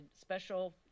special